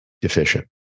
deficient